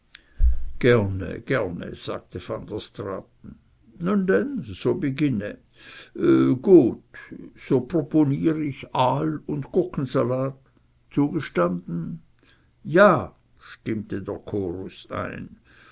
gerne sagte van der straaten nun denn so beginne gut so proponier ich aal und gurkensalat zugestanden ja stimmte der chorus ein